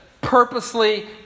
purposely